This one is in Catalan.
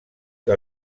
que